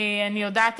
אני יודעת,